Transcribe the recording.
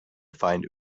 find